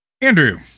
Andrew